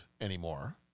anymore